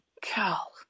Cal